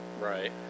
Right